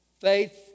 faith